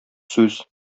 сүз